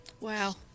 Wow